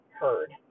heard